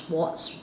sports